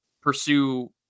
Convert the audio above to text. pursue